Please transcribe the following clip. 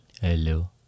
Hello